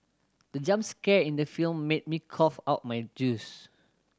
the jump scare in the film made me cough out my juice